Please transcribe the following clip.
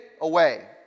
away